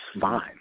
fine